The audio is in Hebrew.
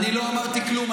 אני לא אמרתי כלום.